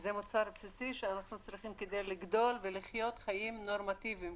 זה מוצר בסיסי שאנחנו צריכים כדי לגדול ולחיות חיים נורמטיביים.